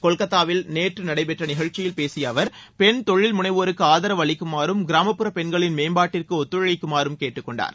கொல்கத்தாவில் நேற்று நடைபெற்ற நிகழ்ச்சியில் பேசிய அவர் பெண் தொழில் முனைவோருக்கு ஆதரவு அளிக்குமாறும் கிராமப்புற பெண்களின் மேம்பாட்டிற்கு ஒத்துழைக்குமாறும் அவர் கேட்டுக்கொண்டார்